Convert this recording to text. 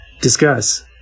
Discuss